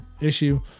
issue